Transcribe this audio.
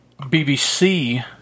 BBC